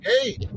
Hey